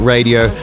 Radio